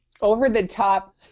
over-the-top